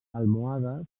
almohades